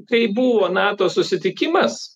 kai buvo nato susitikimas